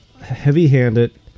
heavy-handed